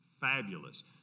fabulous